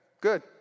Good